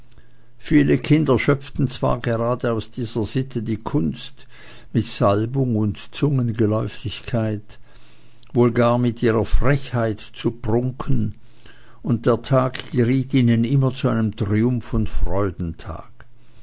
viele kinder schöpfen zwar gerade aus dieser sitte die kunst mit salbung und zungengeläufigkeit wohl gar mit ihrer frechheit zu prunken und der tag geriet ihnen immer zu einem triumph und freudentag